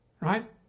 right